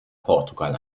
portugal